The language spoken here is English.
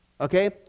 okay